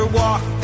walk